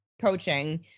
coaching